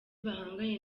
bahanganye